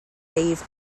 dave